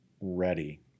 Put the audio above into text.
ready